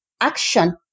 action